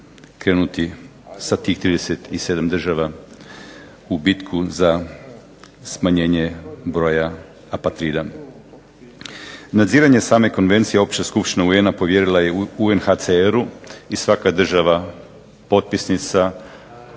krenuti sa tih 37 država u bitku za smanjenje broja apatrida. Nadziranje same konvencije Opća skupština UN-a povjerila je UNHCR-u i svaka država potpisnica